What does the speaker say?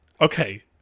Okay